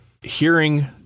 Hearing